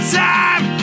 time